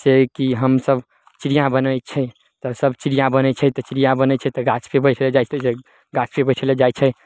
से हय कि हमसब चिड़ियाँ बनै छै तऽ सब चिड़ियाँ बनै छै तऽ चिड़ियाँ बनै छै तऽ गाछपे बैसै जाइते देरी गाछ पे बैठै लए जाइ छै